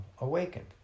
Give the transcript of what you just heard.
awakened